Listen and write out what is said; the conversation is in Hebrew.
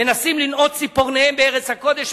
מנסים לנעוץ ציפורניהם בארץ הקודש.